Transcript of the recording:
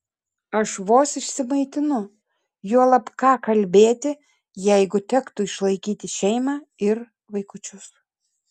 aš vos išsimaitinu juolab ką kalbėti jeigu tektų išlaikyti šeimą ir vaikučius